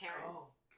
parents